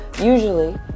usually